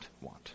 want